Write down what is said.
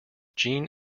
gene